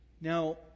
Now